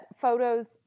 photos